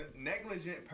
negligent